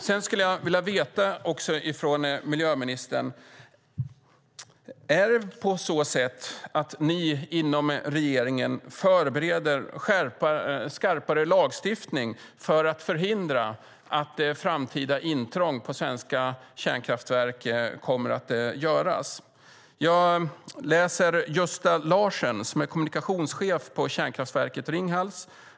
Sedan skulle jag också vilja veta från miljöministern: Är det på så sätt att ni inom regeringen förbereder skarpare lagstiftning för att förhindra framtida intrång på svenska kärnkraftverk? Jag läser ett uttalande av Gösta Larsen som är kommunikationschef på kärnkraftverket Ringhals.